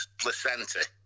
placenta